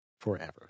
forever